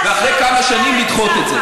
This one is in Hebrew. אחרי כמה שנים לדחות את זה,